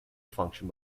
function